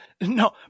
No